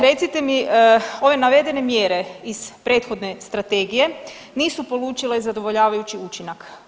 Recite mi, ove navedene mjere iz prethodne Strategije nisu polučile zadovoljavajući učinak.